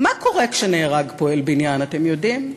מה קורה כשנהרג פועל בניין, אתם יודעים?